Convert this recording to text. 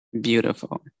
beautiful